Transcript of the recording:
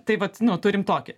tai vat nu turim tokį